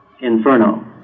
inferno